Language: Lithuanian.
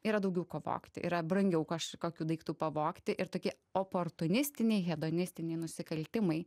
yra daugiau ko vogti yra brangiau kažkokių daiktų pavogti ir tokie oportunistiniai hedonistiniai nusikaltimai